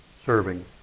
Serving